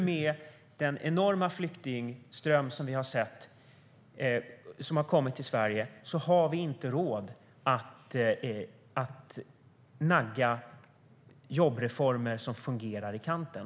Med den enorma flyktingström som har kommit till Sverige har vi inte råd att nagga jobbreformer som fungerar i kanten.